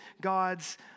God's